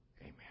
Amen